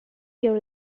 your